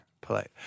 Polite